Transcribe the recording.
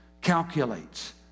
calculates